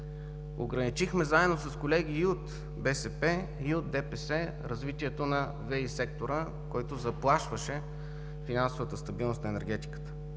Ограничихме заедно с колеги и от БСП, и от ДПС развитието на ВиК сектора, който заплашваше финансовата стабилност на енергетиката.